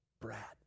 brat